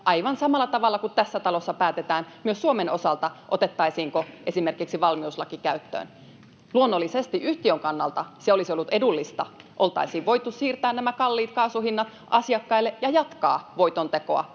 aivan samalla tavalla kuin tässä talossa myös päätetään Suomen osalta, otettaisiinko esimerkiksi valmiuslaki käyttöön. Luonnollisesti yhtiön kannalta se olisi ollut edullista — oltaisiin voitu siirtää nämä kalliit kaasun hinnat asiakkaille ja jatkaa voitontekoa,